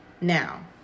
Now